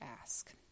ask